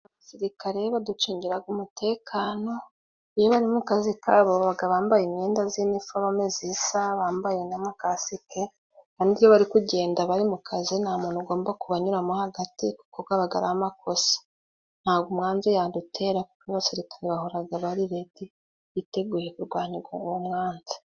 Abasirikare baducungira umutekano, iyo bari mu kazi kabo baba bambaye imyenda y'iniforume isa bambaye n'amakasike kandi iyo bari kugenda bari mu kazi nta muntu ugomba kubanyuramo hagati kuko aba ari amakosa. Ntabwo umwanzi yadutera kuko abasirikare bahora bari redi biteguye kurwanya uwo mwanzi.